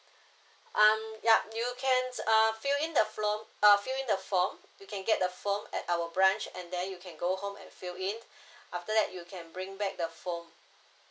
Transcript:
um yup you can uh fill in the from uh fill in the form you can get the form at our branch and then you can go home and fill in after that you can bring back the form